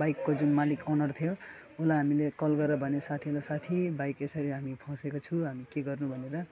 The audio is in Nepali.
बाइकको जुन मालिक ओनर थियो उसलाई हामीले कल गरेर भन्यो साथीलाई साथी बाइक यसरी हामी फँसेको छु हामी के गर्नु भनेर